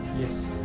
Yes